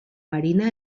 marina